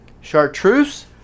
Chartreuse